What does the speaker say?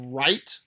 right